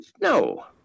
no